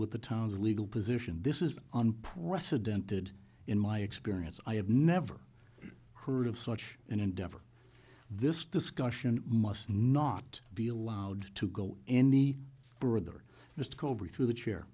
with the town's legal position this is unprecedented in my experience i have never heard of such an endeavor this discussion must not be allowed to go any further just go over through the chair